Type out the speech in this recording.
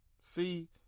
See